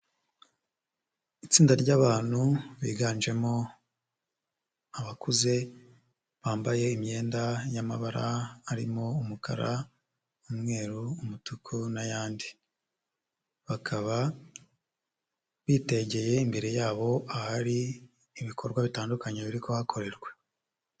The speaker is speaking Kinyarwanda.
Itsinda ry'abantu biganjemo abakuze bambaye imyenda y'amabara arimo umukara n'umwerur, umutuku n'ayandi, bakaba bitegeye imbere yabo ahari ibikorwa bitandukanye biri kuhakorerwa.